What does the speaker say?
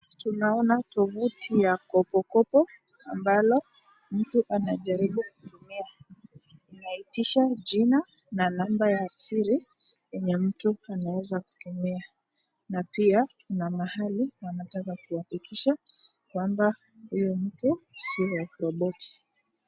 Tunaona tovuti ya KopoKopo ambalo mtu anajaribu kutumia. Inaitisha jina na namba ya siri yenye mtu anaweza tumia. Na pia kuna mahali wanataka kuhakikisha kuwa huyo mtu sio roboti.